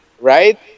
Right